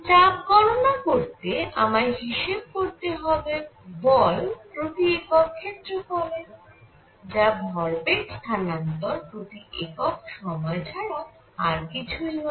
চাপ গণনা করতে আমায় হিসেব করতে হবে বল প্রতি একক ক্ষেত্রফলের যা ভরবেগ স্থানান্তর প্রতি একক সময় ছাড়া আর কিছুই নয়